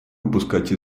упускать